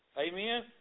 Amen